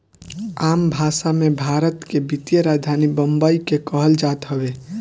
आम भासा मे, भारत के वित्तीय राजधानी बम्बई के कहल जात हवे